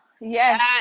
yes